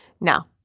Now